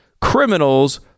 criminals